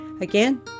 Again